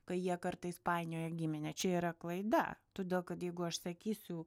kai jie kartais painioja giminę čia yra klaida tudėl kad jeigu aš sakysiu